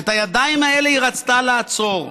את הידיים האלה היא רצתה לעצור.